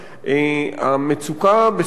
המצוקה ב"סורוקה",